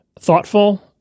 thoughtful